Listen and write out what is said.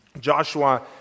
Joshua